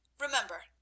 Remember